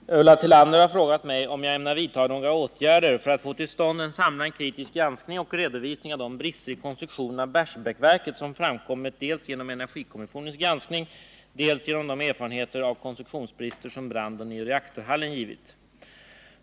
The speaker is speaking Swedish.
Herr talman! Ulla Tillander har frågat mig om jag ämnar vidtaga några åtgärder för att få till stånd en samlad kritisk granskhing och redovisning av de brister i konstruktionen av Barsebäcksverket som framkommit dels genom energikommissionens granskning, dels genom de erfarenheter av konstruktionsbrister som branden i reaktorhallen givit.